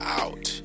out